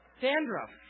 Dandruff